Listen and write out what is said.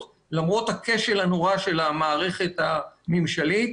למרות הכשל הנורא של המערכת הממשלית.